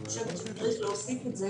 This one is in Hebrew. אני חושבת שצריך להוסיף את זה